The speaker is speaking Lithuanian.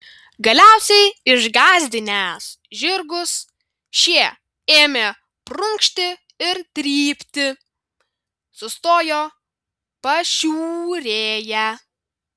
galiausiai išgąsdinęs žirgus šie ėmė prunkšti ir trypti sustojo pašiūrėje